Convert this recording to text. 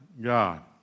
God